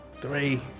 Three